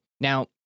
Now